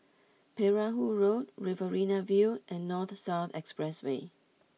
Perahu Road Riverina View and North South Expressway